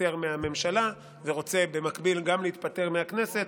שמתפטר מהממשלה ורוצה במקביל גם להתפטר מהכנסת,